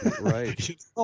Right